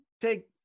take